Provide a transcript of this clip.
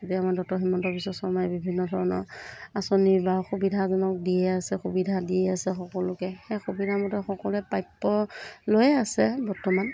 এতিয়া ডক্তৰ হিমন্ত বিশ্বশৰ্মাই বিভিন্ন ধৰণৰ আঁচনি বা সুবিধাজনক দিয়ে আছে সুবিধা দিয়ে আছে সকলোকে সেই সুবিধামতে সকলোৱে প্ৰাপ্য লৈয়ে আছে বৰ্তমান